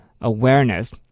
awareness